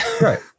Right